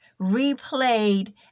replayed